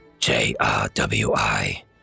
JRWI